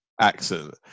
accent